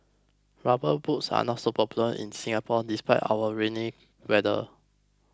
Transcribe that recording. rubber boots are not popular in Singapore despite our rainy weather